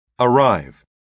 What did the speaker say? Arrive